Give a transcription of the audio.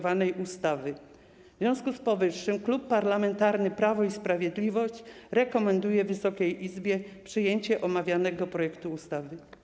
W związku z powyższym Klub Parlamentarny Prawo i Sprawiedliwość rekomenduje Wysokiej Izbie przyjęcie omawianego projektu ustawy.